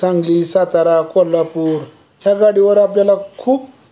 सांगली सातारा कोल्हापूर ह्या गाडीवर आपल्याला खूप